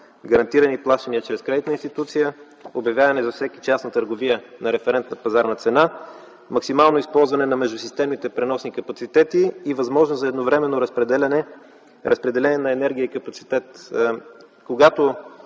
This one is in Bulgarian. гарантирани плащания чрез кредитна институция, обявяване за всеки час на търговия на референтна пазарна цена, максимално използване на междусистемните преносни капацитети и възможност за едновременно разпределение на енергия и капацитет.